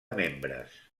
membres